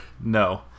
no